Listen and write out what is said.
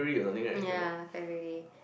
ya February